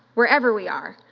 wherever we are,